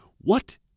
what